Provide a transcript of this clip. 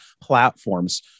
platforms